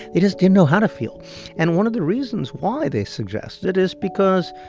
they just didn't know how to feel and one of the reasons why, they suggested, is because,